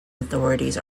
authorities